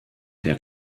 der